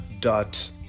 dot